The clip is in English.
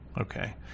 Okay